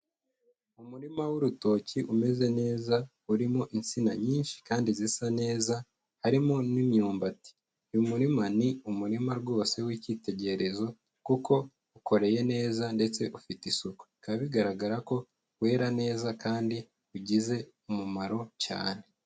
Umurima w'urutoki umeze neza urimo insina nyinshi kandi zisa neza, harimo n'imyumbati. Uyu murima ni umurima rwose w'icyitegererezo kuko ukoreye neza ndetse ufite isuku. Bikaba bigaragara ko wera neza kandi ugize umumaro cyane.